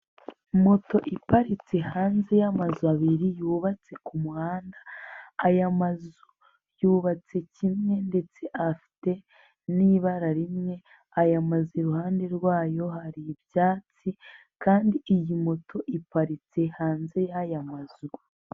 Moto iparitse hanze y'amazu abiri yubatse ku muhanda, aya mazu yubatse kimwe ndetse afite n'ibara rimwe, aya mazu iruhande rwayo hari ibyatsi kandi iyi moto iparitse hanze y'aya mazu.